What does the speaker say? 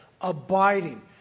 abiding